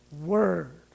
Word